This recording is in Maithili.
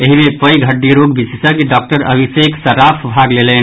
एहि मे पैघ हड्डी रोग विशेषज्ञ डाक्टर अभिषेक सर्राफ भाग लेलनि